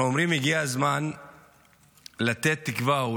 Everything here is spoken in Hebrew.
אנחנו אומרים שהגיע הזמן לתת תקווה.